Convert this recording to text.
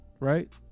right